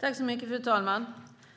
Fru talman!